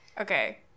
Okay